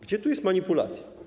Gdzie tu jest manipulacja?